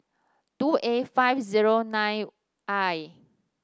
two A five zero nine I